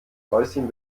häuschen